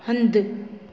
हंधु